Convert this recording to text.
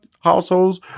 households